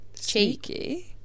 cheeky